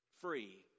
free